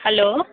hello